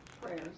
Prayers